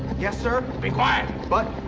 yes sir. be quiet. but.